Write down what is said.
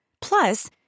Plus